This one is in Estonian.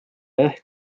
ehk